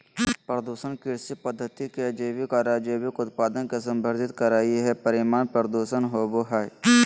प्रदूषण कृषि पद्धति के जैविक आर अजैविक उत्पाद के संदर्भित करई हई, परिणाम प्रदूषण होवई हई